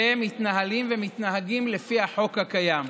והם מתנהלים ומתנהגים לפי החוק הקיים,